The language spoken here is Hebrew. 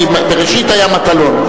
בראשית היה מטלון,